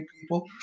people